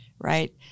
right